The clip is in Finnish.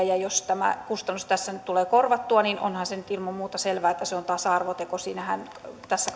ja jos tämä kustannus tässä nyt tulee korvattua niin onhan se nyt ilman muuta selvää että se on tasa arvoteko tässä